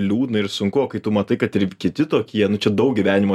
liūdna ir sunku o kai tu matai kad ir kiti tokie nu čia daug gyvenimo